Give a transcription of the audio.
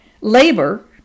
Labor